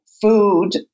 food